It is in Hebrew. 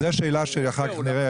זו שאלה שאחר כך נראה.